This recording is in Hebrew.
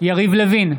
יריב לוין,